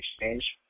exchange